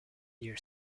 near